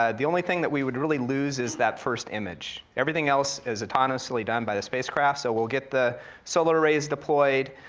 um the only thing that we would really lose is that first image, everything else is autonomously done by the spacecraft, so we'll get the solar arrays deployed,